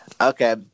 Okay